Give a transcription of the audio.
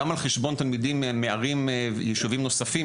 גם על חשבון תלמידים מערים ויישובים נוספים